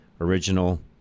original